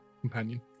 companion